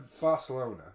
Barcelona